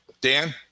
Dan